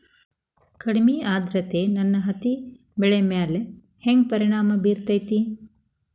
ಕಡಮಿ ಆದ್ರತೆ ನನ್ನ ಹತ್ತಿ ಬೆಳಿ ಮ್ಯಾಲ್ ಹೆಂಗ್ ಪರಿಣಾಮ ಬಿರತೇತಿ?